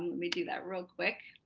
me do that real quick.